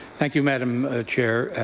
thank you, madam chair.